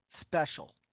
special